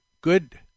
good